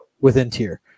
within-tier